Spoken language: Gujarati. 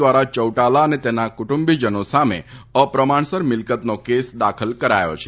દ્વારા ચૌટાલા અને તેમના કુટુંબીજનો સામે અપ્રમાણસર મિલ્કતનો કેસ દાખલ કરાયો છે